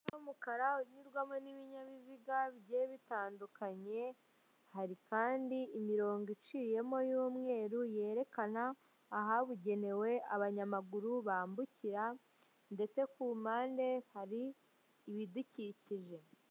Umuhanda w'umukara unyurwamo n'ibinyabiziga, bigiye bitandukanye. Hari kandi imirongo iciyemo y' umweru yerekana ahagenewe abanyamaguru bambukira. Ndetse ku mpande hari ibidukikije.